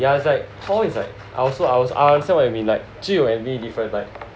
ya it's like hall is like I also I also understand what you mean like 志友 and me different like